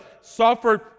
suffered